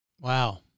Wow